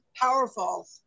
powerful